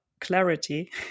clarity